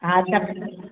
हा सभु